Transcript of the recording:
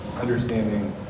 understanding